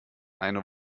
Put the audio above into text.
eine